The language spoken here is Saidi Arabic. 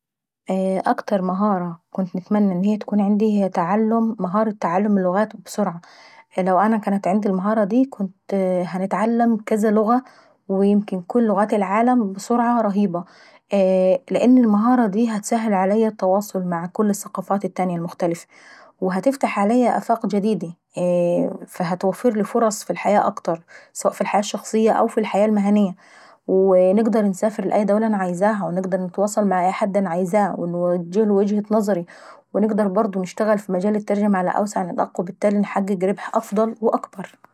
اكتر مهارة نتمنى تكون عيندي هي تعلم مهارة تعلم اللغات ابسرعة لان انا لو كان عيندي المهارة دي كنت هنتعلم كذا لغة ويمكن كل اللغات العالم بسرعة رهيبة. لان المهارة دي هتسهل عليا التواصل مع كل الثقافات التانية المختلفة وهتفتح عليا افاق جديدي. فهتوفرلي فرص في الحياة اكتر، سواء في الحياة الشخصية أو الحياة المهنية وهي دي اللي انا عاوزاها ونقدر نتواصل مع اي حد انا عايزاه ونوجهله وجهة نظرة. ونقدر نشتغل في مججال الترجمة ابتعاي وبالتالي نقدر نحقق ربح اكتر..